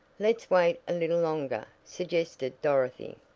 let's wait a little longer, suggested dorothy.